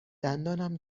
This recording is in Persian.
دندانم